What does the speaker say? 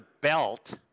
belt